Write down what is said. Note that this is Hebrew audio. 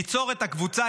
ליצור את הקבוצה,